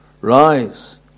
Rise